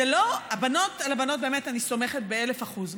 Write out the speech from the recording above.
על הבנות באמת אני סומכת באלף אחוז.